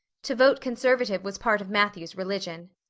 to vote conservative was part of matthew's religion.